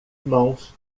mãos